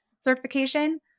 certification